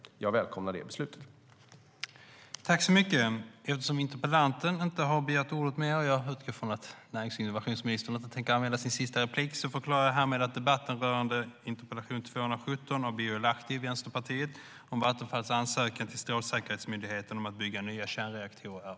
Jag välkomnar detta beslut.